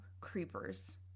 creepers